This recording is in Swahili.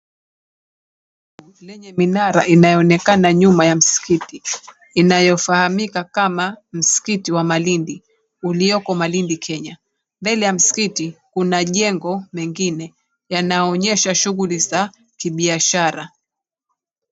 Eneo lenye minara inayoonekana nyuma ya msikiti inayofahamika kama msikiti wa Malindi ulioko Malindi Kenya. Mbele ya msikiti kuna majengo mengine yanayoonyesha shughuli za kibiashara.